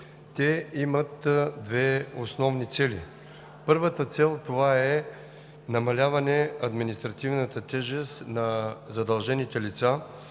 Те имат две основни цели. Първата цел е намаляване административната тежест на задължените лица